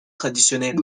traditionnelle